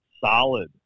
solid